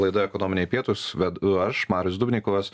laida ekonominiai pietūs vedu aš marius dubnikovas